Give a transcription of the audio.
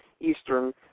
Eastern